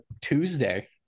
tuesday